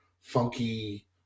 funky